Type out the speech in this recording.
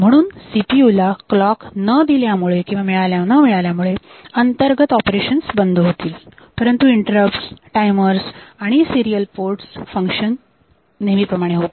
म्हणून सीपीयू ला क्लॉक न मिळाल्यामुळे अंतर्गत ऑपरेशन्स बंद होतील परंतु इंटरप्ट टायमर आणि सिरीयल पोर्ट फंक्शन्स नेहमीप्रमाणे होतील